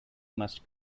must